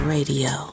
Radio